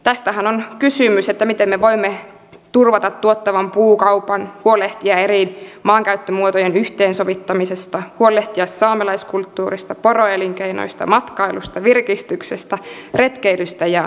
tästähän on kysymys miten me voimme turvata tuottavan puukaupan huolehtia eri maankäyttömuotojen yhteensovittamisesta huolehtia saamelaiskulttuurista poroelinkeinosta matkailusta virkistyksestä retkeilystä ja jokamiehenoikeuksista